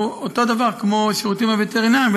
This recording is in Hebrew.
הוא אותו הדבר כמו השירותים הווטרינריים,